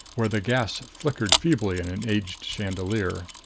where the gas flickered feebly in an aged chandelier.